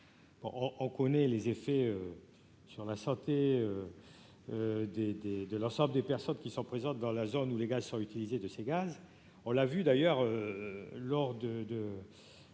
on connaît les effets sur la santé des des de l'ensemble des personnes qui sont présentes dans la zone où légale sans utiliser de ces gaz, on l'a vu d'ailleurs lors de,